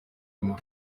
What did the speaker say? nyuma